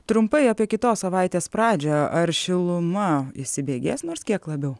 trumpai apie kitos savaitės pradžią ar šiluma įsibėgės nors kiek labiau